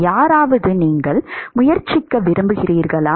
யாராவது நீங்கள் முயற்சிக்க விரும்புகிறீர்களா